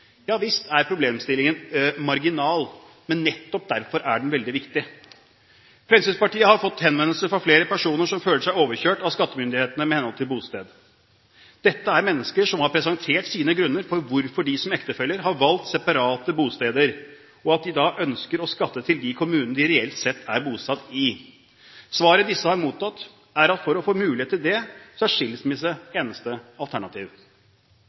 Ja visst er problemstillingen marginal, men nettopp derfor er den veldig viktig. Fremskrittspartiet har fått henvendelser fra flere personer som føler seg overkjørt av skattemyndighetene med hensyn til bosted. Dette er mennesker som har presentert sine grunner for hvorfor de som ektefeller har valgt separate bosteder, og at de da ønsker å skatte til de kommunene de reelt sett er bosatt i. Svaret disse har mottatt, er at for å få mulighet til det er skilsmisse eneste alternativ.